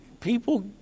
people